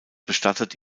bestattet